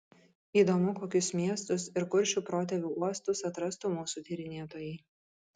įdomu kokius miestus ir kuršių protėvių uostus atrastų mūsų tyrinėtojai